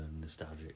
nostalgic